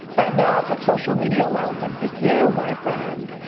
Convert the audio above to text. and what social media allows them to do, my friend,